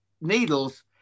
needles